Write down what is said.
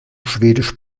schwedisch